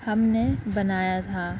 ہم نے بنایا تھا